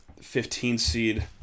15-seed